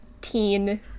teen